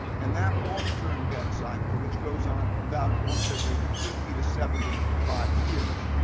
and that long-term debt cycle, which goes on about once every fifty to seventy five years,